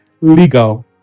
legal